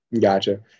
gotcha